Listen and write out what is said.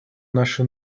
наши